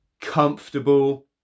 comfortable